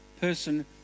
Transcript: person